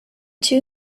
two